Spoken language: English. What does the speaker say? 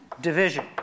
division